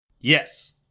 Yes